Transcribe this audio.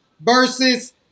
versus